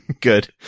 Good